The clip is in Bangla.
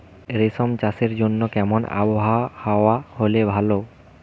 রেশম চাষের জন্য কেমন আবহাওয়া হাওয়া হলে ভালো?